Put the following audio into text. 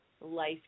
life